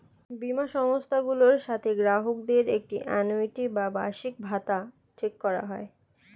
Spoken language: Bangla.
বীমা সংস্থাগুলোর সাথে গ্রাহকদের একটি আ্যানুইটি বা বার্ষিকভাতা ঠিক করা হয়